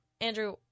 Andrew